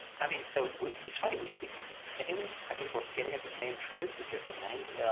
i mean so it's funny, we speak the same, i think we're getting at the same truth with different language,